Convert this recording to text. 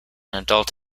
adult